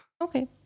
Okay